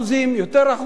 יותר אחוזים,